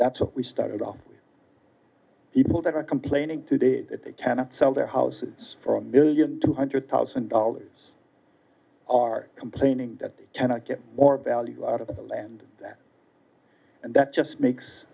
that's what we started off with people that are complaining today that they cannot sell their houses for a million two hundred thousand dollars are complaining that they cannot get more value out of the land and that just makes